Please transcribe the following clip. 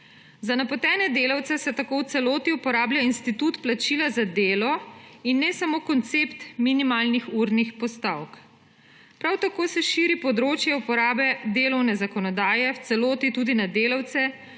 Za napotene delavce se tako v celoti uporablja institut plačila za delo in ne samo koncept minimalnih urnih postavk. Prav tako se širi področje uporabe delovne zakonodaje v celoti tudi na delavce,